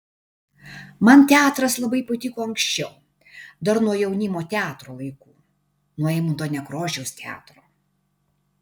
man teatras labai patiko anksčiau dar nuo jaunimo teatro laikų nuo eimunto nekrošiaus teatro